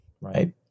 Right